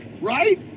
right